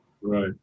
right